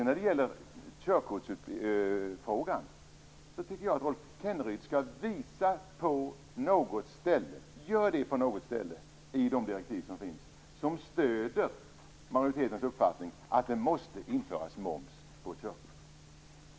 När det gäller körkortsfrågan tycker jag att Rolf Kenneryd skall visa på något ställe i direktiven som stöder majoritetens uppfattning, att det måste införas moms på körkortsutbildningen.